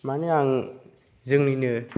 माने आं जोंनिनो